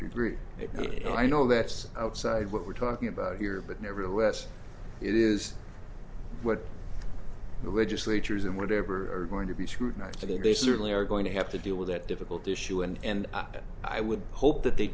degree it i know that's outside what we're talking about here but nevertheless it is what the legislatures and whatever are going to be scrutinized and they certainly are going to have to deal with that difficult issue and i would hope that they